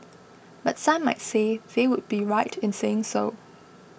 but some might say they would be right in saying so